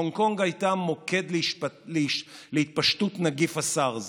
הונג קונג הייתה מוקד להתפשטות נגיף הסארס,